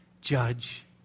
judge